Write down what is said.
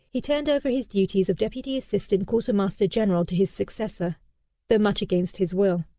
he turned over his duties of deputy-assistant quartermaster-general to his successor though much against his will.